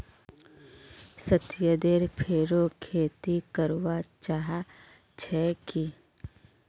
सत्येंद्र फेरो खेती करवा चाह छे की